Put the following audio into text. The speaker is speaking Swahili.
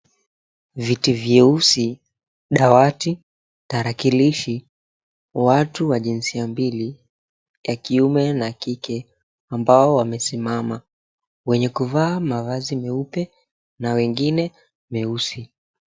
Viti vyeusi, dawati, tarakilishi. Watu wa jinsia mbili, ya kiume na kike ambao wamesimama wenye kuvaa mazavi meupe na wengine meusi.